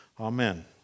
Amen